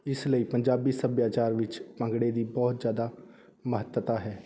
ਇਸ ਲਈ ਪੰਜਾਬੀ ਸੱਭਿਆਚਾਰ ਵਿੱਚ ਭੰਗੜੇ ਦੀ ਬਹੁਤ ਜ਼ਿਆਦਾ ਮਹੱਤਤਾ ਹੈ